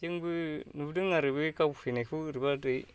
जोंबो नुदों आरो बै गावफैनायखौ ओरैबा ओरै